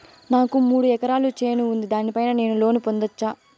నాకు మూడు ఎకరాలు చేను ఉంది, దాని పైన నేను లోను పొందొచ్చా?